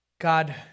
God